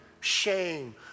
shame